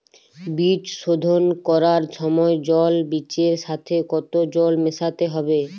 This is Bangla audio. বীজ শোধন করার সময় জল বীজের সাথে কতো জল মেশাতে হবে?